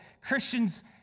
Christians